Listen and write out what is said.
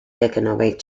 economic